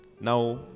now